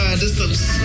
distance